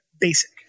basic